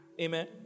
Amen